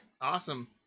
awesome